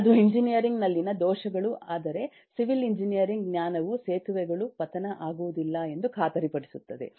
ಅದು ಎಂಜಿನಿಯರಿಂಗ್ ನಲ್ಲಿನ ದೋಷಗಳು ಆದರೆ ಸಿವಿಲ್ ಎಂಜಿನಿಯರಿಂಗ್ ಜ್ಞಾನವು ಸೇತುವೆಗಳು ಪತನ ಆಗುವುದಿಲ್ಲ ಎಂದು ಖಾತರಿಪಡಿಸುತ್ತದೆ